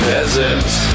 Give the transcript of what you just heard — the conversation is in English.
Peasants